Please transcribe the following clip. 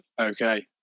Okay